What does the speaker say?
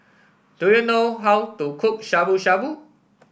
do you know how to cook Shabu Shabu